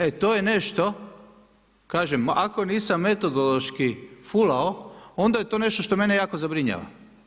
E, to je nešto kažem ako nisam metodološki fulao, onda je to nešto što mene jako zabrinjava.